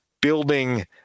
building